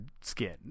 skin